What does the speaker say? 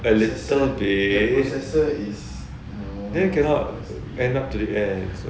processor then cannot hang up to the air